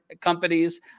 companies